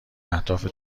اهداف